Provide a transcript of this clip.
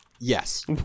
Yes